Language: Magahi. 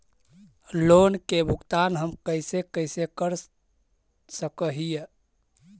लोन के भुगतान हम कैसे कैसे कर सक हिय?